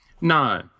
No